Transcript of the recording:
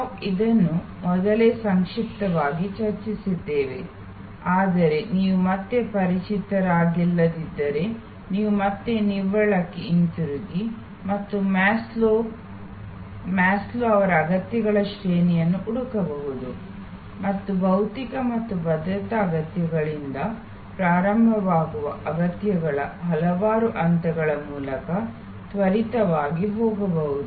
ನಾವು ಇದನ್ನು ಮೊದಲೇ ಸಂಕ್ಷಿಪ್ತವಾಗಿ ಚರ್ಚಿಸಿದ್ದೇವೆ ಆದರೆ ನೀವು ಮತ್ತೆ ಪರಿಚಿತರಾಗಿಲ್ಲದಿದ್ದರೆ ನೀವು ಮತ್ತೆ ಅಂತರ್ಜಾಲದಲ್ಲಿ ಹಿಂತಿರುಗಿ ಮತ್ತು ಮಾಸ್ಲೋವ್ ಮಾಸ್ಲೊ ಅವರ ಅಗತ್ಯಗಳ ಶ್ರೇಣಿಯನ್ನು ಹುಡುಕಬಹುದು ಮತ್ತು ಭೌತಿಕ ಮತ್ತು ಭದ್ರತಾ ಅಗತ್ಯಗಳಿಂದ ಪ್ರಾರಂಭವಾಗುವ ಅಗತ್ಯಗಳ ಹಲವಾರು ಹಂತಗಳ ಮೂಲಕ ತ್ವರಿತವಾಗಿ ಹೋಗಬಹುದು